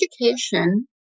education